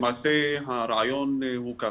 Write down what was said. למעשה, הרעיון הוא ככה,